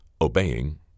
obeying